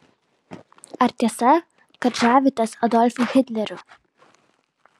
ar tiesa kad žavitės adolfu hitleriu